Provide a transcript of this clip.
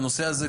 בנושא הזה,